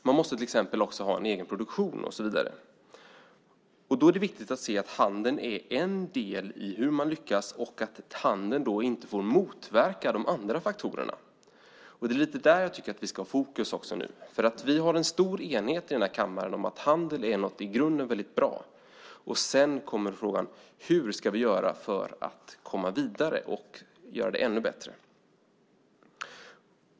Man måste till exempel också ha en egen produktion och så vidare. Det är viktigt att se att handeln bara är en del i hur man lyckas och att handeln inte får motverka de andra faktorerna. Det är där vi ska ha fokus. Vi har en stor enighet i kammaren om att handeln i grunden är något bra. Men hur ska vi göra för att komma vidare och göra det ännu bättre?